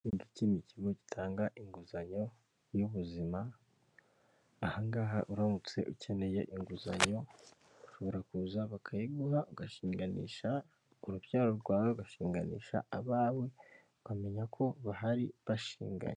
Iki ni ikigo gitanga inguzanyo y'ubuzima, ahangaha uramutse ukeneye inguzanyo, ushobora kuza bakayiguha ugashinganisha urubyaro rwawe, ugashinganisha abawe, ukamenya ko bahari bashinganye.